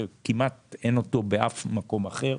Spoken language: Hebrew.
שכמעט אין אותו בשום מקום אחר.